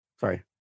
Sorry